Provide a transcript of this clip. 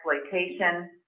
exploitation